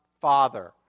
Father